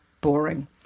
boring